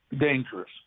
dangerous